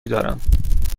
دارم